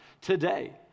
today